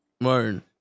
Martin